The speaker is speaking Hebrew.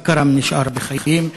וכרם נשאר בחיים,